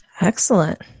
Excellent